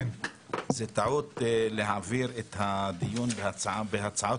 הייתה שזאת טעות להעביר את הדיון בהצעת